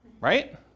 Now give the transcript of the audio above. Right